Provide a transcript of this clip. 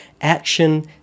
action